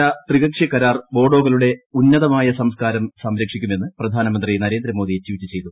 ഇന്ന് ഒപ്പുവച്ച ത്രികക്ഷി കരാർ ബോഡോകളുടെ ഉന്നതമായ സംസ്കാരം സംരക്ഷിക്കുമെന്ന് പ്രധാനമന്ത്രി നരേന്ദ്രമോദി ട്വീറ്റ് ചെയ്തു